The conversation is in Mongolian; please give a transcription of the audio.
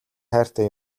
хайртай